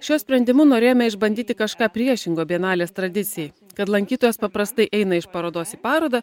šiuo sprendimu norėjome išbandyti kažką priešingo bienalės tradicijai kad lankytojas paprastai eina iš parodos į parodą